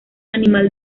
animal